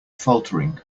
faltering